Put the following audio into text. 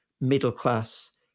middle-class